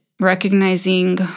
recognizing